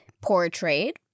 portrayed